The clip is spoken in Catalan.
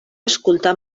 escoltar